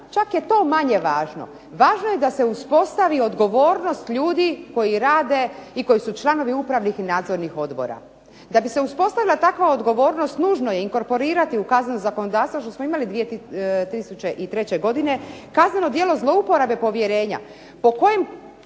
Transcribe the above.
čak je to manje važno. Važno je da se uspostavi odgovornost ljudi koji rade i koji su članovi upravnih i nadzornih odbora. Da bi se uspostavila takva odgovornost nužno je inkorporirati u kazneno zakonodavstvo što smo imali 2003. godine kazneno djelo zlouporabe povjerenja